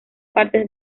partes